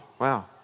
wow